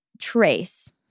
trace